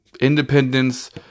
independence